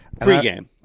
Pre-game